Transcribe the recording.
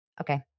Okay